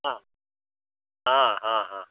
हाँ हाँ हाँ हाँ